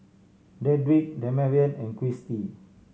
Dedric Damarion and Kristy